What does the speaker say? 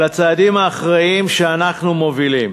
על הצעדים האחראיים שאנחנו מובילים,